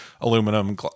Aluminum